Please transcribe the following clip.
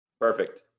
Perfect